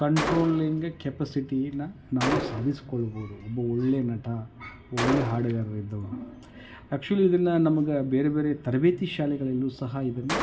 controlling ಕೆಪಸಿಟಿನ ನಾವು ಸಾಧಿಸ್ಕೊಳ್ಬೋದು ಒಬ್ಬ ಒಳ್ಳೆಯ ನಟ ಒಳ್ಳೆಯ ಹಾಡುಗಾರಯಿದ್ದವನು ಆ್ಯಕ್ಚುಲಿ ಇದನ್ನು ನಮಗೆ ಬೇರೆ ಬೇರೆ ತರಬೇತಿ ಶಾಲೆಗಳಲ್ಲೂ ಸಹ ಇದನ್ನು